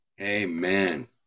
Amen